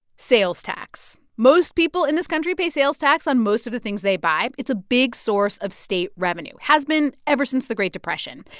sales tax most people in this country pay sales tax on most of the things they buy. it's a big source of state revenue has been ever since the great depression.